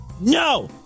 No